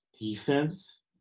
defense